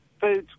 foods